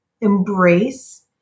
embrace